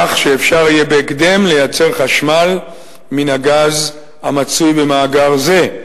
כך שאפשר יהיה בהקדם לייצר חשמל מן הגז המצוי במאגר זה.